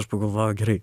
aš pagalvoju gerai